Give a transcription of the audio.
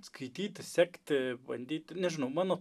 skaityti sekti bandyti nežinau mano